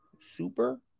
super